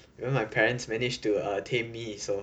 you know my parents manage to tame me so